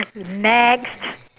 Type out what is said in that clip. next